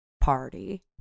party